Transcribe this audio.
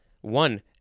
One